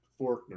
Forkner